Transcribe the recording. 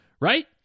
right